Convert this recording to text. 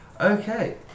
Okay